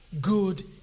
good